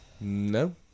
no